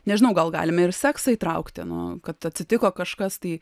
nežinau gal galime ir seksą įtraukti nu kad atsitiko kažkas tai